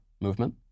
movement